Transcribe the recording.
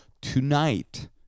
tonight